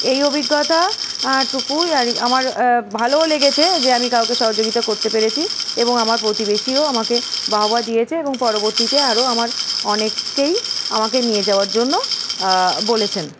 এই অভিজ্ঞতাটুকুই আর আমার ভালোও লেগেছে যে আমি কাউকে সহযোগিতা করতে পেরেছি এবং আমার প্রতিবেশীও আমাকে বাহবা দিয়েছে এবং পরবর্তীতে আরও আমার অনেককেই আমাকে নিয়ে যাওয়ার জন্য বলেছেন